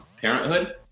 parenthood